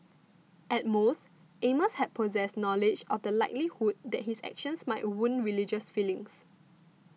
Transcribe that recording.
at most Amos had possessed knowledge of the likelihood that his actions might wound religious feelings